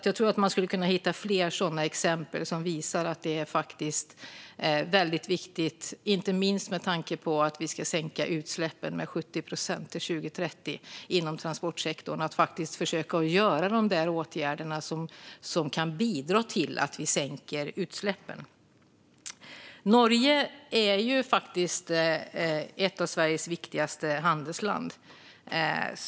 Jag tror att man skulle kunna hitta flera sådana exempel som visar att det här är väldigt viktigt, inte minst med tanke på att vi ska sänka utsläppen inom transportsektorn med 70 procent till 2030. Vi behöver försöka göra de åtgärder som kan bidra till att utsläppen sänks. Norge är ett av Sveriges viktigaste handelsländer.